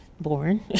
born